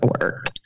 work